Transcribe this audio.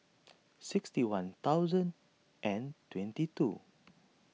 sixty one thousand and twenty two